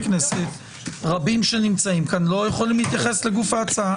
כנסת רבים שנמצאים כאן לא יכולים להתייחס לגוף ההצעה.